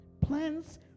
Plans